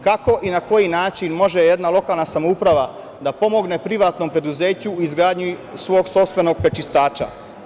Kako i na koji način može jedna lokalna samouprava da pomogne privatnom preduzeću u izgradnji svog sopstvenog prečistača?